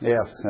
Yes